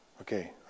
Okay